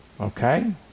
Okay